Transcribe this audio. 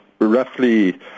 roughly